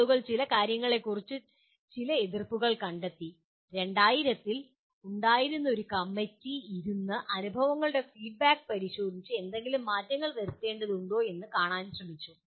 ആളുകൾ ചില കാര്യങ്ങളെക്കുറിച്ച് ചില എതിർപ്പുകൾ കണ്ടെത്തി 2000 ത്തിൽ ഉണ്ടായിരുന്ന ഒരു കമ്മിറ്റി ഇരുന്ന് അനുഭവങ്ങളുടെ ഫീഡ്ബാക്ക് പരിശോധിച്ച് എന്തെങ്കിലും മാറ്റങ്ങൾ വരുത്തേണ്ടതുണ്ടോ എന്ന് കാണാൻ ശ്രമിച്ചു